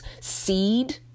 seed